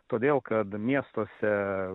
todėl kad miestuose